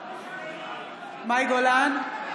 בעד איתן גינזבורג, נגד יואב גלנט,